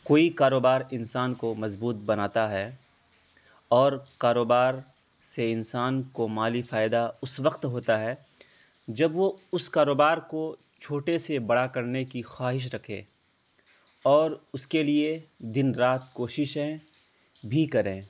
کوئی کاروبار انسان کو مضبوط بناتا ہے اور کاروبار سے انسان کو مالی فائدہ اس وقت ہوتا ہے جب وہ اس کاروبار کو چھوٹے سے بڑا کرنے کی خواہش رکھے اور اس کے لیے دن رات کوششیں بھی کریں